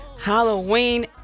Halloween